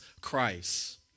Christ